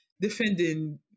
defending